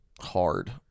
hard